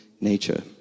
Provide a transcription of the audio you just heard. nature